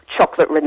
chocolate